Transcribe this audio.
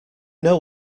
know